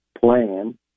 plan